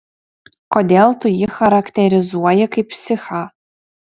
kodėl tu jį charakterizuoji kaip psichą